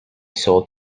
sold